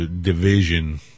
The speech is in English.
Division